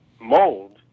mold